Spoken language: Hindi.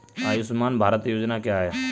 आयुष्मान भारत योजना क्या है?